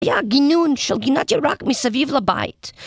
היה גינון של גינת ירק מסביב לבית